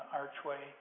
archway